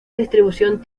distribución